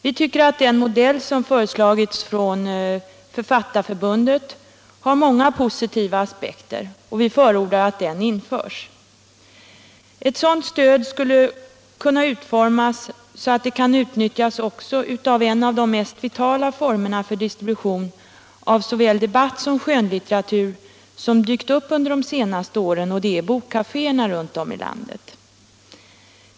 Vi tycker att den modell som har föreslagits av Författarförbundet har många positiva aspekter och förordar att den införs. Ett sådant stöd skulle kunna utformas så att det kan utnyttjas också av en av de mest vitala formerna för distribution av såväl debattsom skönlitteratur som har dykt upp under de senaste åren, och det är bokkaféerna runtom i landet.